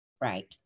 Right